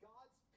God's